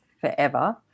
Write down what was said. forever